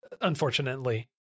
unfortunately